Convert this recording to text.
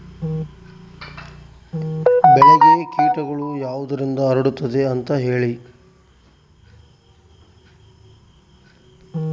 ಬೆಳೆಗೆ ಕೇಟಗಳು ಯಾವುದರಿಂದ ಹರಡುತ್ತದೆ ಅಂತಾ ಹೇಳಿ?